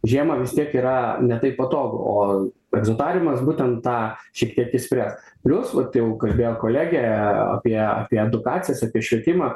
žiemą vis tiek yra ne taip patogu o egzotariumas būtent tą šiek tiek išspręs plius vat jau kalbėjo kolegė apie apie edukacijas apie švietimą